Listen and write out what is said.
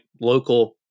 local